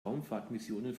raumfahrtmissionen